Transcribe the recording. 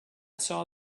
saw